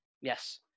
Yes